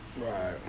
Right